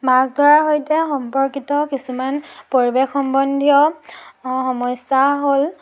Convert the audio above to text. মাছ ধৰা সৈতে সম্পৰ্কিত কিছুমান পৰিৱেশ সম্বন্ধীয় সমস্যা হ'ল